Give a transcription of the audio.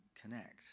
connect